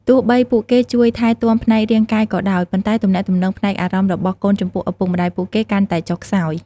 ទោះបីពួកគេជួយថែទាំផ្នែករាងកាយក៏ដោយ ប៉ុន្តែទំនាក់ទំនងផ្នែកអារម្មណ៍របស់កូនចំពោះឪពុកម្ដាយពួកគេកាន់តែចុះខ្សោយ។